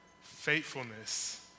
Faithfulness